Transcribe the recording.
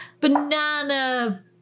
banana